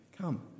Come